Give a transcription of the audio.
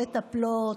מטפלות.